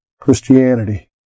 Christianity